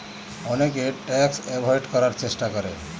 অনেকে tax avoid করার চেষ্টা করে